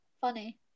Funny